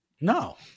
No